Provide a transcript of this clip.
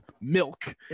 milk